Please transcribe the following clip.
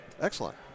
Excellent